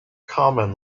common